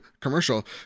commercial